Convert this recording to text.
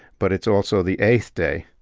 but it's also the eighth day.